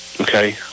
Okay